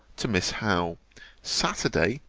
to miss howe saturday,